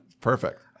Perfect